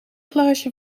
glaasje